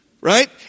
right